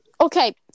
Okay